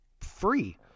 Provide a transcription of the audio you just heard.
free